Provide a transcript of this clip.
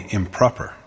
improper